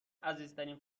عزیزترین